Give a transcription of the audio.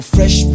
Fresh